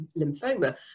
lymphoma